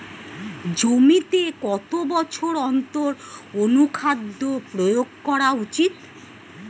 জমিতে কত বছর অন্তর অনুখাদ্য প্রয়োগ করা উচিৎ?